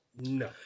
No